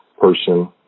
person